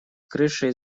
крышей